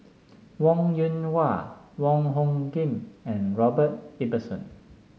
Wong Yoon Wah Wong Hung Khim and Robert Ibbetson